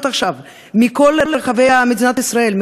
עכשיו מאות פניות מכל רחבי מדינת ישראל,